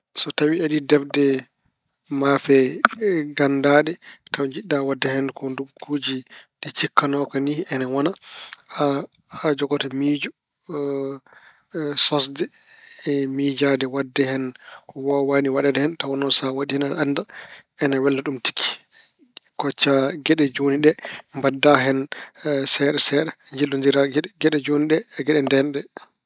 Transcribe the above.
So tawi aɗa yiɗi defde maafe ganndaaɗe taw njiɗɗa waɗde hen ko ndogguuje ɗe cikkanooka ni ina wona, a jogoto miijo sosde e miijaade waɗde hen ko wowaani waɗeede hen. Tawa noo sa waɗi hen aɗa annda ena welna ɗum tigi. Koccaa geɗe jooni ɗe mbaɗda hen seeɗa seeɗa, njillondira geɗe jooni ɗe e geɗe ndeen.